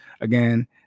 Again